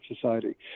Society